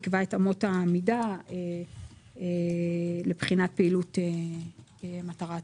יקבע את אמות המידה לבחינת פעילות המטרה הציבורית.